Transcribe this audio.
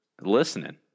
listening